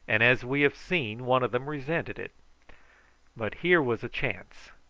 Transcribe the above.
and, as we have seen, one of them resented it but here was a chance.